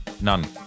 None